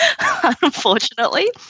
unfortunately